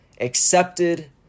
accepted